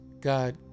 God